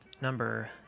number